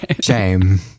Shame